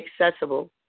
accessible